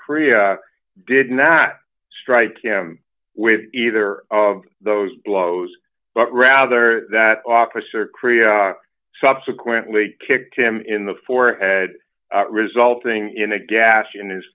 korea did not strike him with either of those blows but rather that officer korea subsequently kicked him in the forehead resulting in a gash in his